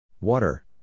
Water